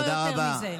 לא יותר מזה.